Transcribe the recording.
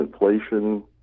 inflation